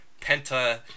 Penta